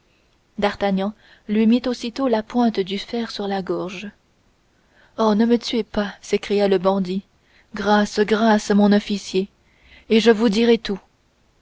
d'artagnan lui mit aussitôt la pointe du fer sur la gorge oh ne me tuez pas s'écria le bandit grâce grâce mon officier et je vous dirai tout